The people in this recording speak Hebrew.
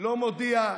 לא מודיע,